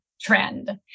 trend